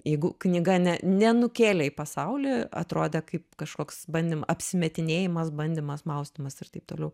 jeigu knyga ne nenukėlė į pasaulį atrodė kaip kažkoks bandym apsimetinėjimas bandymas maustymas ir taip toliau